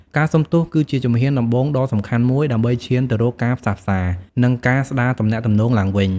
ការសុំទោសគឺជាជំហានដំបូងដ៏សំខាន់មួយ ដើម្បីឈានទៅរកការផ្សះផ្សា និងការស្ដារទំនាក់ទំនងឡើងវិញ។